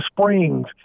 springs